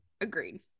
agreed